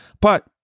but-